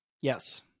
Yes